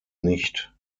nicht